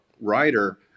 writer